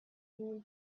wool